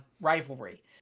rivalry